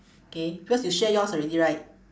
K because you share yours already right